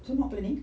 so not planning